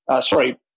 sorry